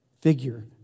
figure